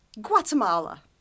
Guatemala